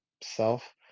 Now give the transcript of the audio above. self